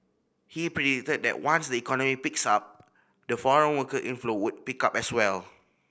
he predicted that once the economy picks up the foreign worker inflow would pick up as well